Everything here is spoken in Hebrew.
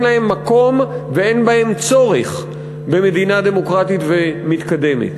להן מקום ואין בהן צורך במדינה דמוקרטית ומתקדמת.